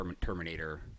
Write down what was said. Terminator